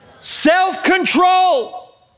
Self-control